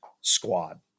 squad